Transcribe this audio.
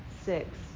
six